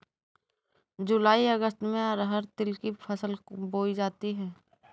जूलाई अगस्त में अरहर तिल की फसल बोई जाती हैं